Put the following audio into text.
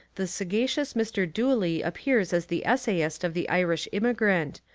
the sagacious mr. dooley appears as the essayist of the irish immigrant,